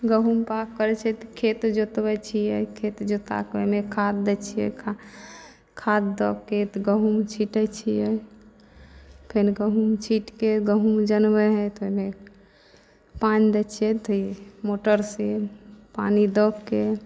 गहुम बाओग करै छै तऽ खेत जोतबै छियै खेत जोताके ओइमे खाद दै छियै खाद दऽके गहुम छिटै छियै फेर गहुम छिंटके गहुम जनमै है तऽ ओइमे पानि दै छियै मोटरसँ पानि दऽके